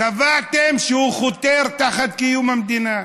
קבעתם שהוא חותר תחת קיום המדינה.